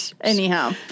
Anyhow